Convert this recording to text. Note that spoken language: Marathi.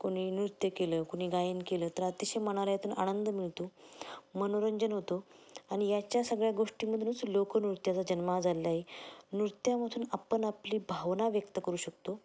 कोणी नृत्य केलं कोणी गायन केलं तर अतिशय मनाला यातून आनंद मिळतो मनोरंजन होतो आणि याच्या सगळ्या गोष्टींमधूनच लोकनृत्याचा जन्म झालेला आहे नृत्यामधून आपण आपली भावना व्यक्त करू शकतो